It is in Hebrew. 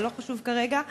אבל לא חשוב כרגע.